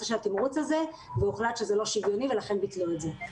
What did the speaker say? התמרוץ והוחלט שזה לא שוויוני ולכן ביטלו את זה.